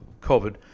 COVID